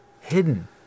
hidden